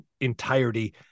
entirety